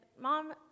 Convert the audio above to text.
Mom